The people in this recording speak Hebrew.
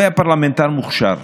הוא היה פרלמנטר מוכשר,